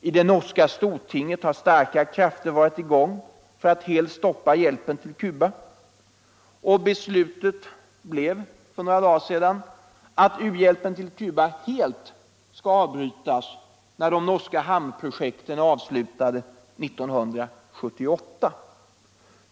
I det norska — debatt stortinget har starka krafter varit i gång för att helt stoppa hjälpen till Cuba. Beslutet blev för några dagar sedan att u-hjälpen till Cuba helt skall avbrytas när de norska hamnprojekten är avslutade 1978.